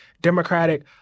Democratic